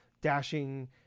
dashing